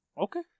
okay